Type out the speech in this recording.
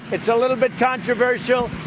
it's a little but controversial.